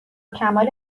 کمال